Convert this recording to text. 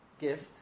gift